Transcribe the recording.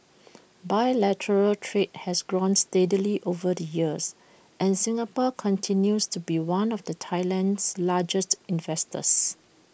bilateral trade has grown steadily over the years and Singapore continues to be one of the Thailand's largest investors